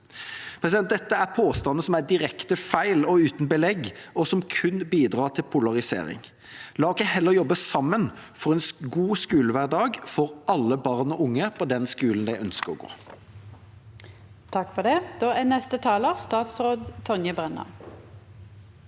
Dette er påstander som er direkte feil og uten belegg, og som kun bidrar til polarisering. La oss heller jobbe sammen for en god skolehverdag for alle barn og unge på den skolen de ønsker å gå på. Statsråd Tonje Brenna